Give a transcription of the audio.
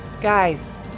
Guys